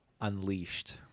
Unleashed